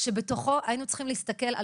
כאשר בתוכו היינו צריכים להסתכל על